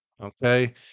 Okay